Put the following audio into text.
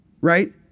Right